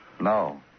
No